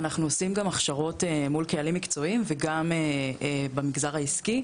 אנחנו עושים גם הכשרות מול קהלים מקצועיים וגם במגזר העסקי.